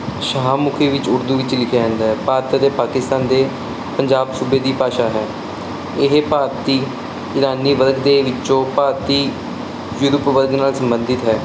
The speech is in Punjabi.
ਸ਼ਾਹਮੁਖੀ ਵਿੱਚ ਉਰਦੂ ਵਿੱਚ ਲਿਖਿਆ ਜਾਂਦਾ ਹੈ ਭਾਰਤ ਅਤੇ ਪਾਕਿਸਤਾਨ ਦੇ ਪੰਜਾਬ ਸੂਬੇ ਦੀ ਭਾਸ਼ਾ ਹੈ ਇਹ ਭਾਰਤੀ ਇਰਾਨੀ ਵਰਗ ਦੇ ਵਿੱਚੋਂ ਭਾਰਤੀ ਯੂਰਪ ਵਰਗ ਨਾਲ ਸੰਬੰਧਿਤ ਹੈ